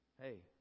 hey